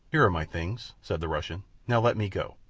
here are my things, said the russian now let me go.